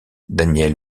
danielle